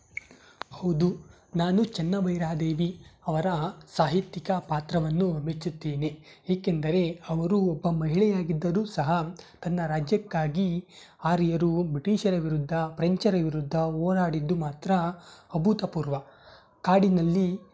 ಹೌದು ನಾನು ಚೆನ್ನ ಭೈರಾದೇವಿ ಅವರ ಸಾಹಿತ್ಯಿಕ ಪಾತ್ರವನ್ನು ಮೆಚ್ಚುತ್ತೇನೆ ಏಕೆಂದರೆ ಅವರು ಒಬ್ಬ ಮಹಿಳೆಯಾಗಿದ್ದರೂ ಸಹ ತನ್ನ ರಾಜ್ಯಕ್ಕಾಗಿ ಆರ್ಯರು ಬ್ರಿಟಿಷರ ವಿರುದ್ಧ ಪ್ರೆಂಚರ ವಿರುದ್ಧ ಹೋರಾಡಿದ್ದು ಮಾತ್ರ ಅಭೂತಪೂರ್ವ ಕಾಡಿನಲ್ಲಿ